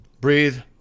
breathe